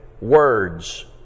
words